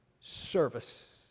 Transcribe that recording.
service